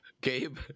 Gabe